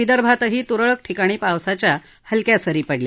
विदर्भातही तुरळक ठिकाणी पावसाच्या हलक्या सरी पडल्या